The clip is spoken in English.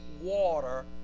water